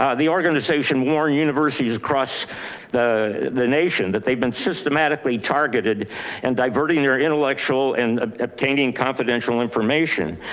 ah the organization warned universities across the the nation that they've been systematically targeted and diverting in your intellectual and obtaining confidential information,